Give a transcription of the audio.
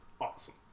awesome